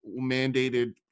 mandated